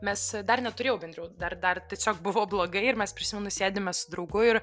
mes dar neturėjau bendriau dar dar tiesiog buvo blogai ir mes prisimenu sėdime su draugu ir